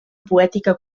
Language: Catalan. poètica